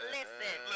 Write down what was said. Listen